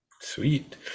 sweet